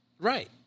right